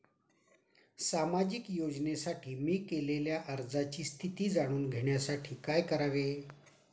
सामाजिक योजनेसाठी मी केलेल्या अर्जाची स्थिती जाणून घेण्यासाठी काय करावे?